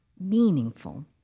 meaningful